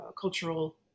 cultural